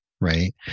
right